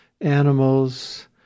animals